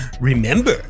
Remember